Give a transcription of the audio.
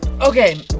Okay